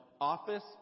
office